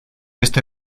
este